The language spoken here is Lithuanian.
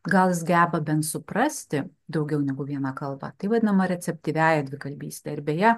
gal jis geba bent suprasti daugiau negu viena kalba tai vadinama receptyviąja dvikalbyste ir beje